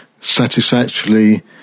satisfactorily